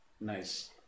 Nice